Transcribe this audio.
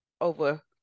over